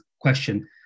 question